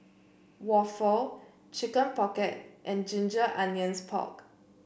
waffle Chicken Pocket and Ginger Onions Pork